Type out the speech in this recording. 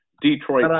Detroit